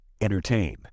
Entertain